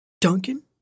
duncan